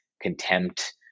contempt